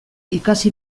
ikasi